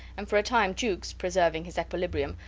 and for a time jukes, preserving his equilibrium,